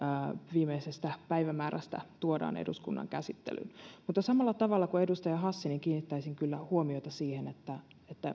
viimeisestä päivämäärästä tuodaan eduskunnan käsittelyyn mutta samalla tavalla kuin edustaja hassi kiinnittäisin kyllä huomiota siihen että